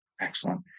Excellent